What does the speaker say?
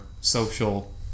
social